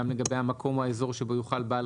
גם לגבי המקום או האזור שבו יוכל בעל